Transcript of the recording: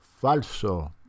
Falso